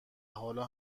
حالا